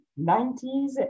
90s